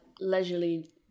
leisurely